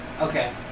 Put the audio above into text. Okay